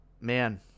man